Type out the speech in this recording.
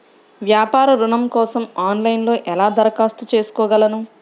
వ్యాపార ఋణం కోసం ఆన్లైన్లో ఎలా దరఖాస్తు చేసుకోగలను?